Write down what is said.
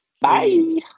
Bye